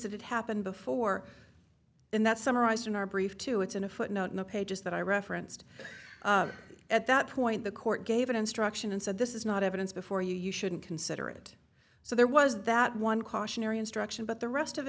that happened before and that summarized in our brief too it's in a footnote in the pages that i referenced at that point the court gave an instruction and said this is not evidence before you you shouldn't consider it so there was that one cautionary instruction but the rest of